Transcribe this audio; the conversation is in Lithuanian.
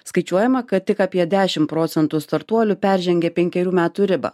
skaičiuojama kad tik apie dešim procentų startuolių peržengia penkerių metų ribą